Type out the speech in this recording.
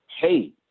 hey